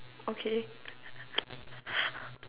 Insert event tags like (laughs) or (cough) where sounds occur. okay (laughs)